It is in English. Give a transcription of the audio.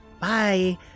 Bye